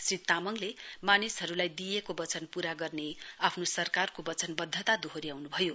श्री तामाङले मानिसहरूलाई दिइएको वचन पूरा गर्ने आफ्नो सरकारको वचनबद्धता दोहोयाउनु भयो